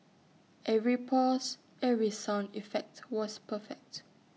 every pause every sound effect was perfect